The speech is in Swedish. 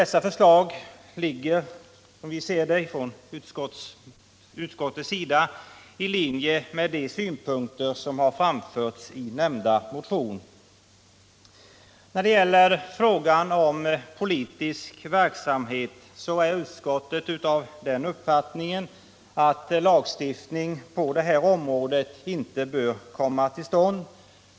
Dessa förslag ligger, som utskottet ser det, i linje med de synpunkter som framförts i motionen. När det gäller frågan om politisk verksamhet är utskottet av den uppfattningen att lagstiftning på det området inte bör komma till stånd.